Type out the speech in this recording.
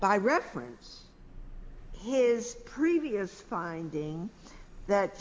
by reference his previous finding that